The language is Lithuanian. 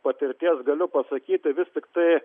patirties galiu pasakyti vis tiktai